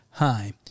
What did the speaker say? Hi